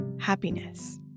happiness